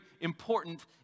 important